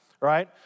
right